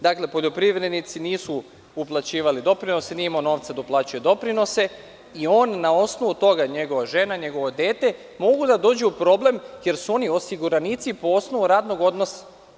Dakle, poljoprivrednici nisu uplaćivali doprinose, nije imao novca da uplaćuje doprinose i na osnovu toga njegova žena i njegovo dete mogu da dođu u problem jer su oni osiguranici po osnovu radnog odnosa.